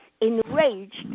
enraged